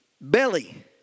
belly